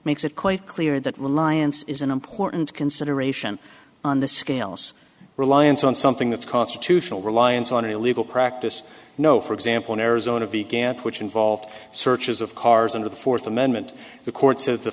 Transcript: makes it quite clear that reliance is an important consideration on the scales reliance on something that's constitutional reliance on illegal practice no for example in arizona began which involved searches of cars and the fourth amendment the court said the